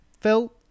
Phil